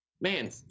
man